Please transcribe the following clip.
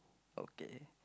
okay